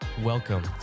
Welcome